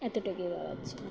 এতটুকুই বলার ছিলো